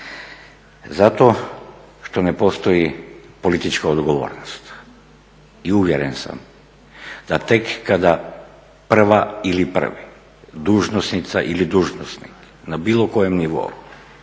Zato što ne postoji politička odgovornost. I uvjeren sam da tek kada prva ili prvi, dužnosnica ili dužnosnik na bilo kojem nivou